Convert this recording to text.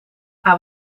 hij